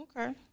Okay